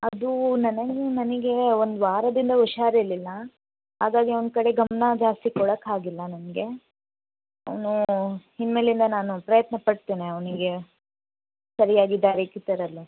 ಅದೂ ನನನಿ ನನಗೆ ಒಂದು ವಾರದಿಂದ ಹುಷಾರು ಇರಲಿಲ್ಲ ಹಾಗಾಗಿ ಅವನ ಕಡೆ ಗಮನ ಜಾಸ್ತಿ ಕೊಡಕ್ಕಾಗಿಲ್ಲ ನನಗೆ ಅವನು ಇನ್ನು ಮೇಲಿಂದ ನಾನು ಪ್ರಯತ್ನಪಡ್ತೇನೆ ಅವನಿಗೆ ಸರಿಯಾಗಿ ದಾರಿಗೆ ತರಲು